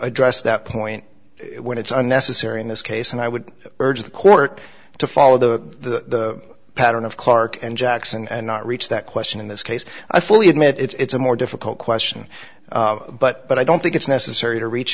address that point when it's unnecessary in this case and i would urge the court to follow the pattern of clarke and jackson and not reach that question in this case i fully admit it's a more difficult question but i don't think it's necessary to reach